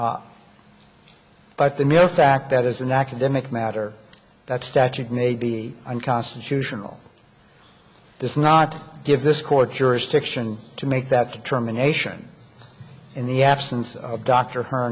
act but the mere fact that is an academic matter that statute may be unconstitutional does not give this court jurisdiction to make that determination in the absence of dr her